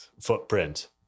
footprint